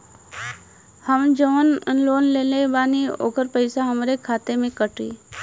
हम जवन लोन लेले बानी होकर पैसा हमरे खाते से कटी?